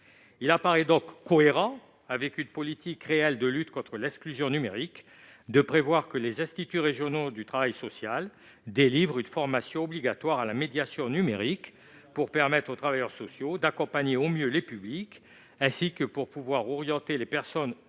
Il apparaît donc cohérent avec une politique réelle de lutte contre l'exclusion numérique de prévoir que les instituts régionaux du travail social délivrent une formation obligatoire à la médiation numérique pour permettre aux travailleurs sociaux d'accompagner au mieux les publics, ainsi que pour pouvoir orienter les personnes